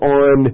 on